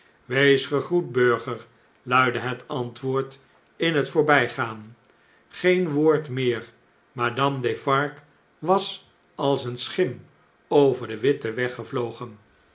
wees gegroet burger luidde het antwoord in het voorbijgaan geen woord meer madame defarge was als eene schim over den witten weg